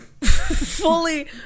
fully